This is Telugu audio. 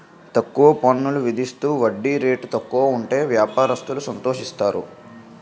తక్కువ పన్నులు విధిస్తూ వడ్డీ రేటు తక్కువ ఉంటే వ్యాపారస్తులు సంతోషిస్తారు